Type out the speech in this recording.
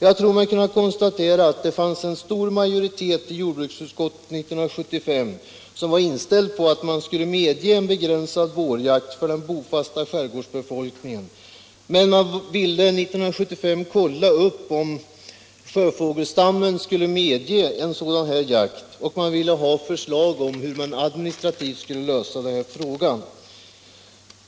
Jag tror mig kunna konstatera att det fanns en stor majoritet i jordbruksutskottet 1975 som var inställd på att man skulle medge en begränsad vårjakt för den bofasta skärgårdsbefolkningen, men man ville 1975 kontrollera om sjöfågelstammen skulle medge en sådan jakt, och man ville ha förslag på hur man administrativt skulle kunna lösa frågan.